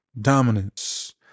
dominance